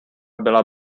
byla